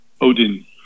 Odin